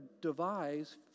devise